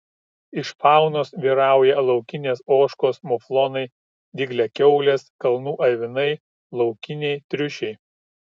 iš faunos vyrauja laukinės ožkos muflonai dygliakiaulės kalnų avinai laukiniai triušiai